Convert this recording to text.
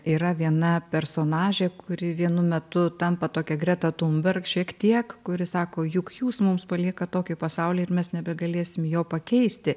yra viena personažė kuri vienu metu tampa tokia greta tumberg šiek tiek kuri sako juk jūs mums paliekat tokį pasaulį ir mes nebegalėsim jo pakeisti